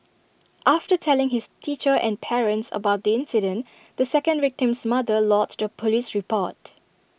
after telling his teacher and parents about the incident the second victim's mother lodged A Police report